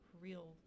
real